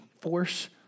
force